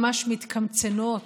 ממש מתקמצנות